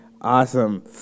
awesome